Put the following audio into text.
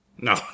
No